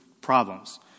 problems